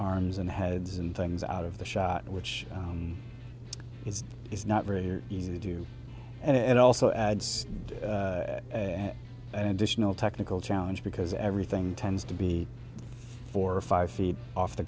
arms and heads and things out of the shot which is is not very easy to do and it also adds an additional technical challenge because everything tends to be four or five feet off the